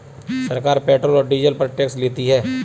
सरकार पेट्रोल और डीजल पर टैक्स लेती है